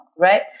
right